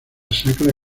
sacra